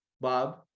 Bob